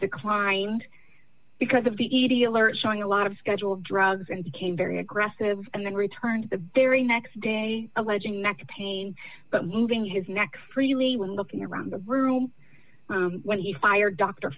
declined because of the edi alert showing a lot of schedule drugs and became very aggressive and then returned the very next day alleging neck pain but moving his neck freely when looking around the room when he fired dr